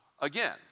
again